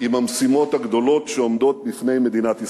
עם המשימות הגדולות שעומדות בפני מדינת ישראל.